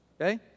okay